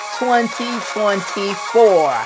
2024